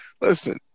Listen